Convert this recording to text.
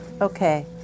Okay